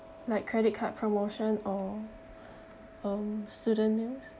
like credit card promotion or um student's meal